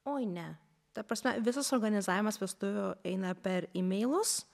oi ne ta prasme visas organizavimas vestuvių eina per imeilus